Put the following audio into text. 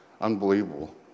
unbelievable